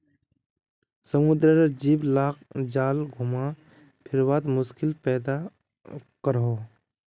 समुद्रेर जीव लाक जाल घुमा फिरवात मुश्किल पैदा करोह